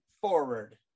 forward